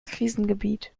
krisengebiet